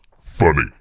funny